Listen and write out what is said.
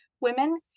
women